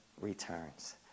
returns